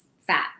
fat